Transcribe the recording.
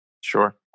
Sure